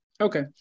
Okay